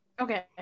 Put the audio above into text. Okay